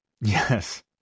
Yes